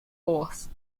hoarse